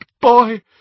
boy